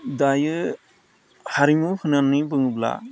दायो हारिमु होननानै बुङोब्ला